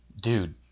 dude